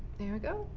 there we go.